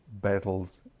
battles